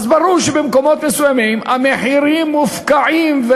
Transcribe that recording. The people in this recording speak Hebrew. ברור שבמקומות מסוימים המחירים מופקעים,